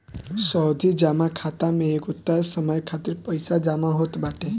सावधि जमा खाता में एगो तय समय खातिर पईसा जमा होत बाटे